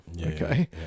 okay